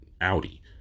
Audi